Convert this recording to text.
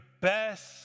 best